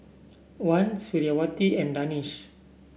Wan Suriawati and Danish